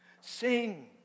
Sing